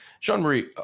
Jean-Marie